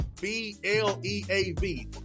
B-L-E-A-V